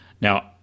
Now